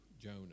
Jonah